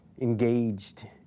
engaged